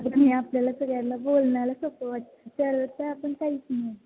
आपल्याला सगळ्यांना बोलण्याला सोपं वाट करत तर आपण काहीच नाही